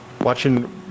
watching